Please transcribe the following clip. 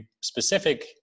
specific